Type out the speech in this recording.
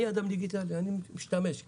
בגלל שוויון הנפש וכולם מתייחסים לזה כאילו זה המצב.